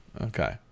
Okay